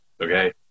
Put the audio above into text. Okay